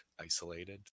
isolated